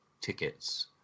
tickets